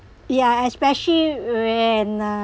yeah es~ especially when uh